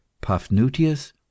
Paphnutius